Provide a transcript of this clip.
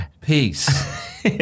peace